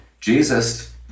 Jesus